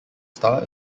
star